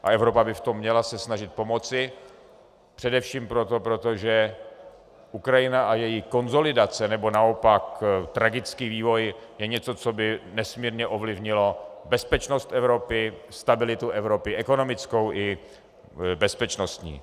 A Evropa by se v tom měla snažit pomoci, především proto, že Ukrajina a její konsolidace, nebo naopak tragický vývoj je něco, co by nesmírně ovlivnilo bezpečnost Evropy, stabilitu Evropy ekonomickou i bezpečnostní.